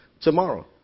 tomorrow